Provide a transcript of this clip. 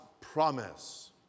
promise